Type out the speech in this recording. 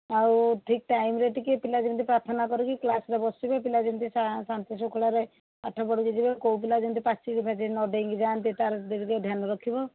ଆଉ ଠିକ୍ ଟାଇମ ରେ ଟିକିଏ ପିଲା ଯେମିତି ପ୍ରାର୍ଥନା କରିକି କ୍ଲାସ୍ ରେ ବସିବେ ପିଲା ଯେମିତି ଶା ଶାନ୍ତି ଶୃଙ୍ଖଳାରେ ପାଠ ପଢ଼ିକି ଯିବେ କେଉଁ ପିଲା ଯେମିତି ପାଚେରୀ ଫାଚେରୀ ନ ଡେଇଁକି ଯାଆନ୍ତି ତାର ଧ୍ୟାନ ରଖିବ